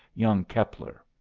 young keppler.